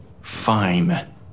Fine